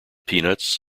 peanuts